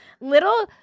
Little